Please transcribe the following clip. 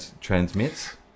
transmits